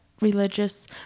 religious